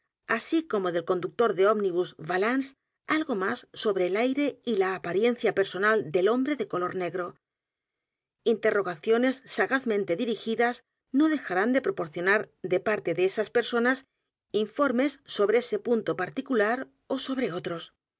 así como del conductor de ómnibus valence algo más sobre el aire y la apariencia personal del hombre de color negro interrogaciones sagazmente dirigidas no dejarán de proporcionar de parte de esas p e r s o n a s informes sobre ese punto particular ó sobre otros